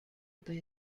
belt